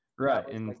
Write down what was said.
Right